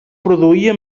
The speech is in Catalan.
produïa